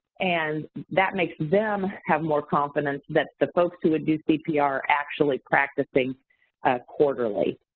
and that makes them have more confidence that the folks who would do cpr actually practicing quarterly.